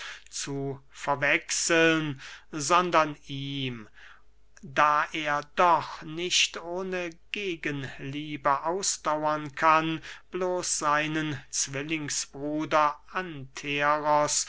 zu verwechseln sondern ihm da er doch nicht ohne gegenliebe ausdauern kann bloß seinen zwillingsbruder